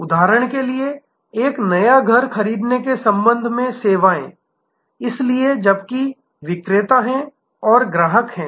उदाहरण के लिए एक नया घर खरीदने के संबंध में सेवाएं इसलिए जबकि विक्रेता है और ग्राहक है